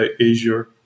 Azure